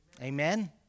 Amen